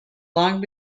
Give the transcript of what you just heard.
long